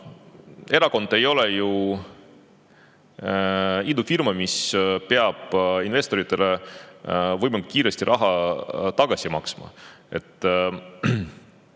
Erakond ei ole ju idufirma, mis peab investoritele võimalikult kiiresti raha tagasi maksma. Kui